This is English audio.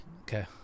Okay